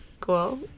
cool